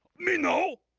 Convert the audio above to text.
me know!